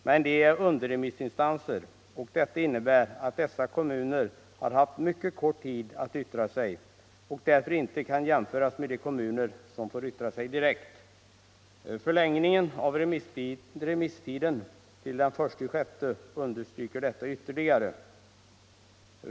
Men de är underremissinstanser, och det innebär att dessa kommuner har haft mycket kort tid för att yttra sig och att de därför inte kan jämföras med de kommuner som får yttra sig direkt. Förlängningen av remisstiden till den 1 juni understryker detta ytterligare.